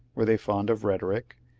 were they fond of rhetoric?